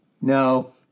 No